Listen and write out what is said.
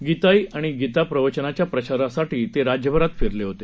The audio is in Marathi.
गीताई आणि गीताप्रवचनाच्या प्रसारासाठी ते राज्यभरात फिरले होते